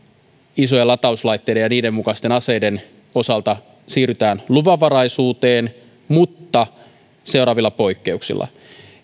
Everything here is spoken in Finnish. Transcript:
isojen latauslaitteiden ja niiden mukaisten aseiden osalta siirrytään luvanvaraisuuteen mutta seuraavilla poikkeuksilla